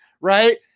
Right